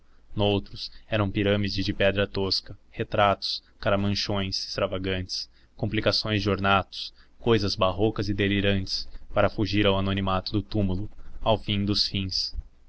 noutros eram pirâmides de pedra tosca retratos caramanchões extravagantes complicações de ornatos cousas barrocas e delirantes para fugir ao anonimato do túmulo ao fim dos fins